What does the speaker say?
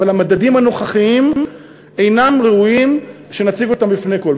אבל המדדים הנוכחיים אינם ראויים שנציג אותם בפני כול.